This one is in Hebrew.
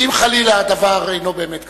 כי אם חלילה הדבר אינו באמת קשור,